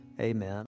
Amen